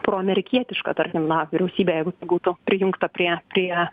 proamerikietiška tarkim na vyriausybė jeigu būtų prijungta prie prie